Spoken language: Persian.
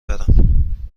برم